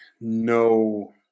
no